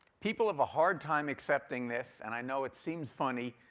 people have a hard time accepting this, and i know it seems funny.